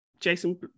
Jason